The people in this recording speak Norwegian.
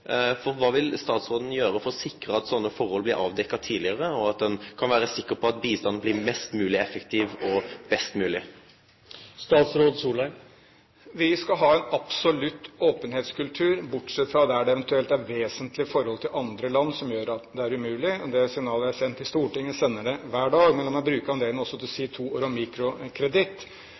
vil statsråden gjere for å sikre at slike forhold blir avdekte tidlegare, og for at ein kan vere sikker på at bistanden blir mest mogleg effektiv og best mogleg? Vi skal ha en absolutt åpenhetskultur, bortsett fra der det eventuelt er vesentlige forhold til andre land som gjør at det er umulig. Det signalet er sendt til Stortinget – vi sender det hver dag. Men la meg også bruke anledningen til å si to ord om mikrokreditt.